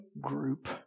group